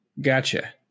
Gotcha